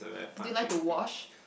do you like to wash